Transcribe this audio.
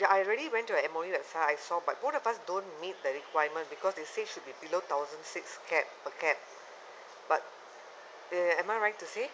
ya I already went to the M_O_E website I saw but both of us don't meet the requirement because they say should be below thousand six cap per cap but the am I right to say